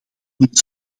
niet